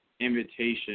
invitation